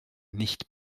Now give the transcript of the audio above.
nicht